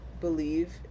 believe